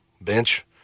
bench